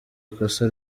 ikosa